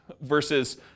Versus